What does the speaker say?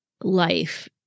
life